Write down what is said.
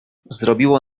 zrobiło